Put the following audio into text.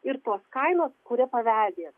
ir tos kainos kurią paveldės